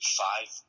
five